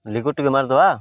liquid ଟିକେ ମାରିଦେବା